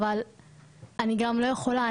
אבל אני גם לא יכולה,